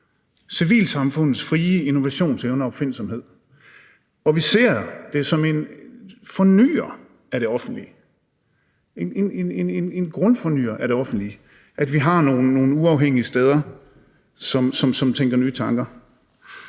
civilsamfundets frie innovationsevne og opfindsomhed. Vi ser det som en fornyer af det offentlige, en grundfornyer af det offentlige, at vi har nogle uafhængige steder, som tænker nye tanker.